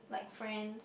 like friends you know